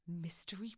mystery